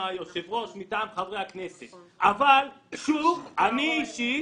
אבל שוב, אני אישית